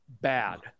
bad